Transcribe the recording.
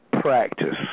practice